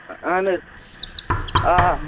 اَہَن حظ آ